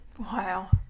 Wow